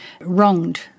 wronged